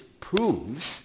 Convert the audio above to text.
proves